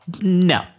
No